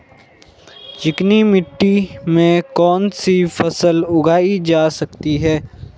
चिकनी मिट्टी में कौन सी फसल उगाई जा सकती है?